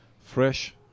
fresh